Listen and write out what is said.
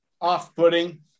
off-putting